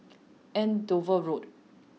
Andover Road